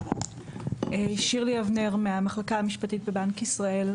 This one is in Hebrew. שירלי אבנר מהמחלקה המשפטית בבנק ישראל.